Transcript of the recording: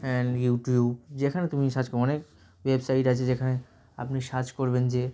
and YouTube যেখানে তুমি search করো অনেক ওয়েবসাইট আছে যেখানে আপনি সার্চ করবেন যে